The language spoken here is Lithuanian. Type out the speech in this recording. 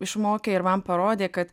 išmokė ir man parodė kad